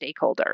stakeholders